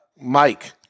Mike